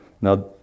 Now